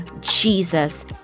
Jesus